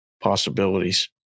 possibilities